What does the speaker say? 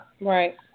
Right